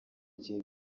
igihe